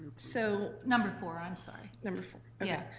so number four, i'm sorry. number four, okay. yeah.